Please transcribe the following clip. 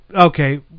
okay